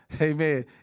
Amen